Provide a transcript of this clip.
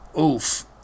oof